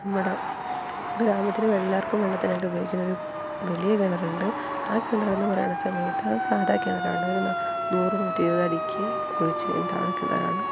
നമ്മുടെ ഗ്രാമത്തിൽ എല്ലാവർക്കും വെള്ളത്തിനായിട്ട് ഉപയോഗിക്കുന്നൊരു വലിയ കിണറുണ്ട് ആ കിണറിന്ന് പറയണ സമയത്ത് അത് സാധാ കിണറാണ് ഒരു നൂറ് നൂറ്റിരുപത് അടിക്ക് കുഴിച്ച് കഴിഞ്ഞിട്ട് ആ കിണറാണ്